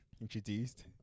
introduced